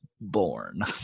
born